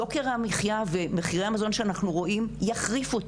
יוקר המחייה ומחיר המזון שאנחנו רואים, יחריפו את